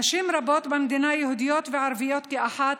נשים רבות, יהודיות וערביות כאחת,